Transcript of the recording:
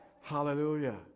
Hallelujah